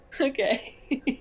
Okay